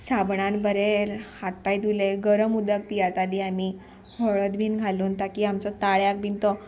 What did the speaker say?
साबणान बरें हात पांय धुले गरम उदक पियाताली आमी हळद बीन घालून ताकी आमचो ताळ्याक बीन तो